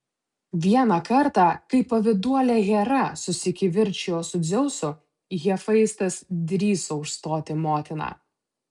vieną kartą kai pavyduolė hera susikivirčijo su dzeusu hefaistas drįso užstoti motiną